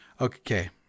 Okay